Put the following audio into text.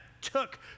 took